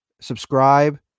subscribe